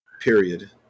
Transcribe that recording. Period